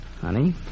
Honey